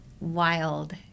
wild